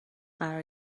قرار